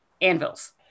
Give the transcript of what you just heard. anvils